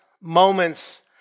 moments